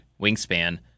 wingspan